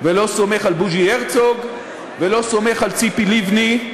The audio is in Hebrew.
ולא סומך על בוז'י הרצוג, ולא סומך על ציפי לבני,